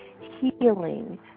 healing